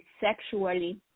sexually